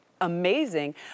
amazing